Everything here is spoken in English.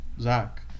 Zach